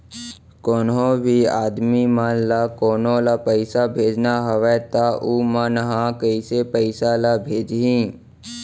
कोन्हों भी आदमी मन ला कोनो ला पइसा भेजना हवय त उ मन ह कइसे पइसा ला भेजही?